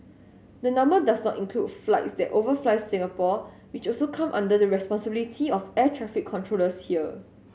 the number does not include flights that overfly Singapore which also come under the responsibility of air traffic controllers here